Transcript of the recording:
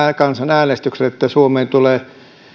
kansanäänestyksellä että suomeen tulee